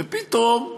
ופתאום,